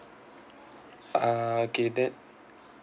uh okay that